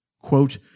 quote